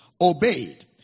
obeyed